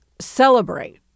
celebrate